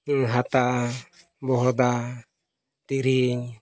ᱦᱟᱛᱟ ᱵᱚᱦᱚᱲᱫᱟ ᱛᱤᱨᱤᱝ